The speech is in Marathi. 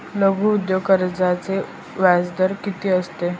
लघु उद्योग कर्जाचे व्याजदर किती असते?